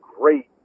great